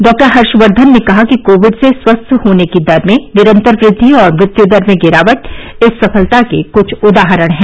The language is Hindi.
डॉक्टर हर्षवर्धन ने कहा कि कोविड से स्वस्थ होने की दर में निरंतर वृद्वि और मृत्यू दर में गिरावट इस सफलता के कुछ उदाहरण हैं